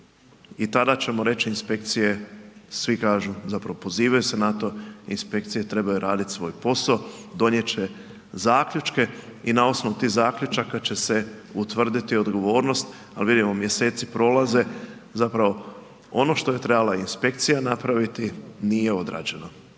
i tada ćemo reći inspekcije, svi kažu, zapravo pozivaju se na to, inspekcije trebaju raditi svoj posao, donijet će zaključke i na osnovu tih zaključaka će se utvrditi odgovornost, al vidimo mjeseci prolaze, zapravo, ono što je trebala inspekcija napraviti, nije odrađeno,